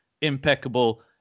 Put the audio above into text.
impeccable